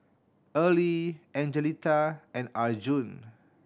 Early Angelita and Arjun